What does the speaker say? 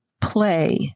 play